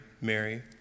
Mary